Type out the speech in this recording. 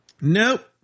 Nope